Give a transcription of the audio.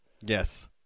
yes